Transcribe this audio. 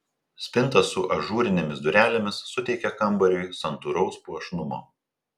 spinta su ažūrinėmis durelėmis suteikia kambariui santūraus puošnumo